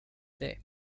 day